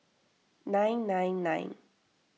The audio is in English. nine nine nine